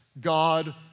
God